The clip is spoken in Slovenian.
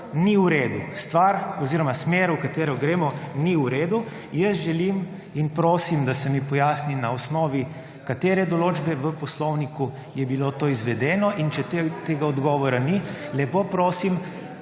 ni v redu. Smer, v katero gremo, ni v redu. Jaz želim in prosim, da se mi pojasni, na osnovi katere določbe v poslovniku je bilo to izvedeno in če tega odgovora ni, lepo prosim,